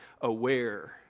aware